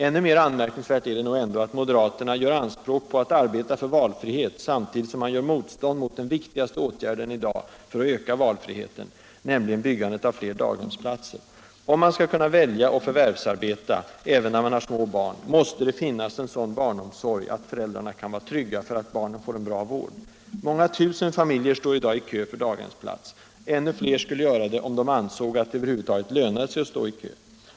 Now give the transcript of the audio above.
Ännu mer anmärkningsvärt är det nog ändå att moderaterna gör anspråk på att arbeta för valfrihet samtidigt som de gör motstånd mot den viktigaste åtgärden i dag för att öka valfriheten, nämligen byggandet av fler daghemsplatser. Om man skall kunna välja att förvärvsarbeta även när man har små barn, måste det finnas en sådan barnomsorg att föräldrarna kan vara trygga för att barnen får en bra vård. Många tusen familjer står i dag i kö för daghemsplats. Ännu fler skulle göra det, om de ansåg att det över huvud taget lönade sig att stå i kö.